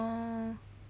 orh